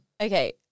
Okay